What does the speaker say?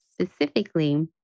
specifically